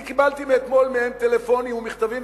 אני קיבלתי מהם מאתמול טלפונים ומכתבים,